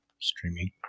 Streaming